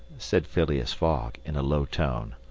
said phileas fogg, in a low tone.